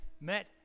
met